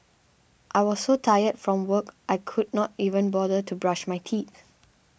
I was so tired from work I could not even bother to brush my teeth